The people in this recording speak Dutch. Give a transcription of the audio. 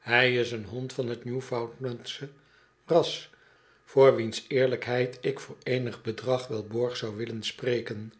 hij is een hond van j fc newfoundlandsch ras voor wiens eerlijkheid ik voor eenig bedrag wel borg zou willen spreken